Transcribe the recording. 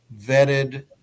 vetted